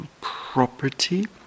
property